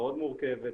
מאוד מורכבת,